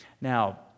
Now